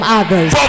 others